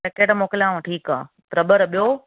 packet मोकिलियांव ठीकु आहे रॿर ॿियो